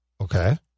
Okay